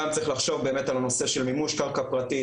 גם צריך לחשוב באמת על הנושא של מימוש קרקע פרטית,